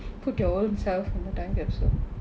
put your own self in a time capsule